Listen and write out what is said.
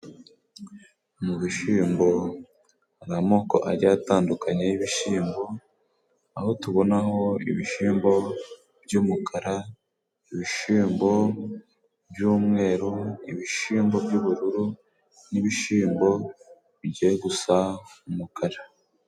Mu bishyimbo hari amoko agiye atandukanye y'ibishyimbo, aho tubonaho ibishyimbo by'umukara, ibishimbo by'umweru, ibishimbo by'ubururu, n'ibishyimbo bigiye gusa umukara.